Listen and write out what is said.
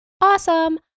awesome